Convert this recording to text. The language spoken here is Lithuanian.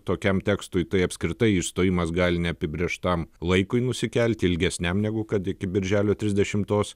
tokiam tekstui tai apskritai išstojimas gali neapibrėžtam laikui nusikelti ilgesniam negu kad iki birželio trisdešimtos